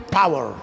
power